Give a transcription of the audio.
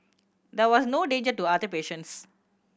there was no danger to other patients